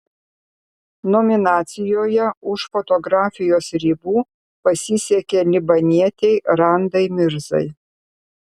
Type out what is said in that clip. nominacijoje už fotografijos ribų pasisekė libanietei randai mirzai